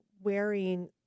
wearing